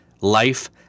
Life